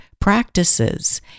practices